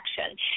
action